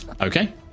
okay